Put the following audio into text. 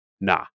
Nah